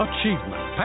Achievement